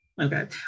Okay